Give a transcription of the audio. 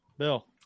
Bill